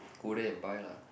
go there and buy lah